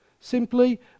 Simply